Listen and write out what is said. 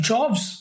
Jobs